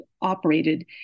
operated